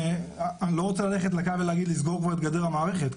אני לא רוצה ללכת לקו ולהגיד לסגור כבר את גדר המערכת,